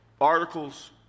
articles